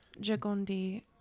Jagondi